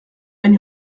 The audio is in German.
wenn